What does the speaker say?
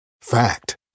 Fact